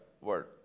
word